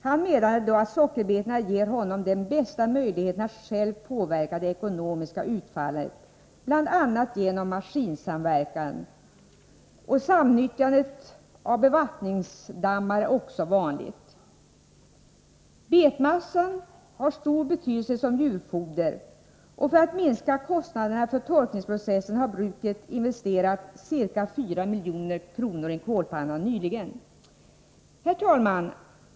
Han menade då att sockerbetorna ger honom den bästa möjligheten att själv påverka det ekonomiska utfallet bl.a. genom maskinsamverkan. Samnyttjande av bevattningsdammar är också vanligt. Betmassan har stor betydelse som djurfoder. För att minska kostnaderna för torkningsprocessen har bruket nyligen investerat ca 4 milj.kr. i en ny kolpanna. Herr talman!